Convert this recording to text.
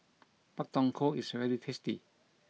Pak Thong Ko is very tasty